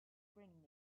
bring